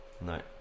No